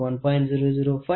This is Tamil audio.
13 4